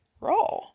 Raw